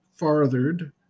farthered